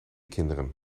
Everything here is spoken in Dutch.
kinderen